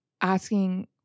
asking